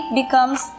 becomes